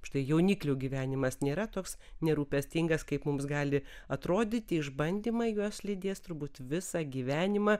štai jauniklių gyvenimas nėra toks nerūpestingas kaip mums gali atrodyti išbandymai juos lydės turbūt visą gyvenimą